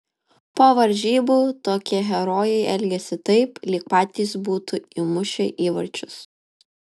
po varžybų tokie herojai elgiasi taip lyg patys būtų įmušę įvarčius